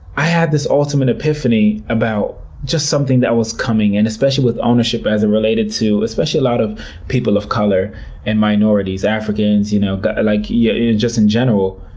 i had this ultimate epiphany about just something that was coming in, especially with ownership as it related to, especially, a lot of people of color and minorities, africans, you know like yeah yeah just in general.